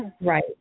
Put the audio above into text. Right